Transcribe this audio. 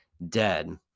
dead